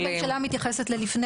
החלטת הממשלה זה לפני